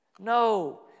No